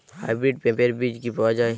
Hybrid পেঁপের বীজ কি পাওয়া যায়?